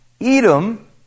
Edom